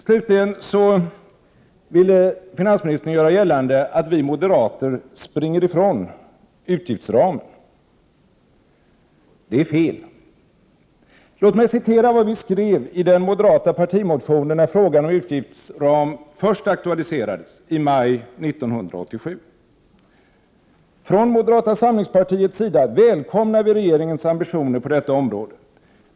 Slutligen ville finansministern göra gällande att vi moderater springer ifrån utgiftsramen. Det är fel. Låt mig citera vad vi skrev i den moderata partimotionen när frågan om utgiftsram först aktualiserades i maj 1987: ”Från moderata samlingspartiets sida välkomnar vi regeringens ambitioner på detta område.